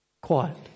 quiet